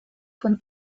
von